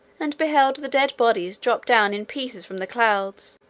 and beheld the dead bodies drop down in pieces from the clouds,